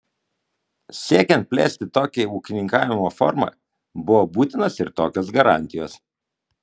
siekiant plėsti tokią ūkininkavimo formą buvo būtinos ir tokios garantijos